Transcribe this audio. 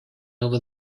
over